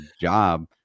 job